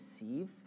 receive